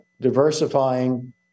Diversifying